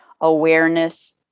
awareness